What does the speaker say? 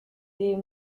des